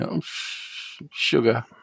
Sugar